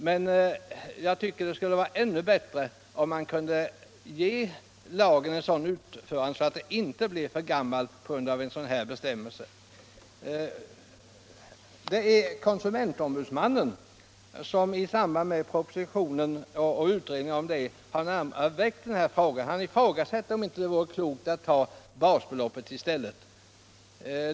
Men jag tycker det skulle vara ännu bättre om man kunde ge lagen en sådan utformning att en bestämmelse av det här slaget inte snabbt blir så att säga för gammal. Det är konsumentombudsmannen som i samband med utarbetandet av propositionen och utredningen av det hela har väckt frågan. Han ifrågasätter om det inte vore klokt att utgå från basbeloppet i stället.